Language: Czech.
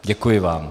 Děkuji vám.